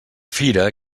fira